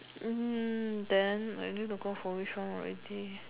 mm then I need to go for which one already